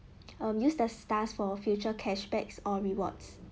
um use the stars for future cashback or rewards